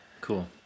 cool